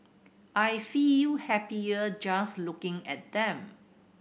I feel happier just looking at them